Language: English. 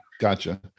gotcha